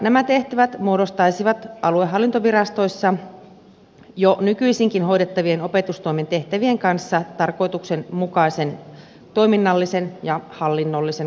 nämä tehtävät muodostaisivat aluehallintovirastoissa jo nykyisinkin hoidettavien opetustoimen tehtävien kanssa tarkoituksenmukaisen toiminnallisen ja hallinnollisen kokonaisuuden